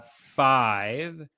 five